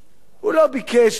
הוא לא ביקש להיות סוציאליסט,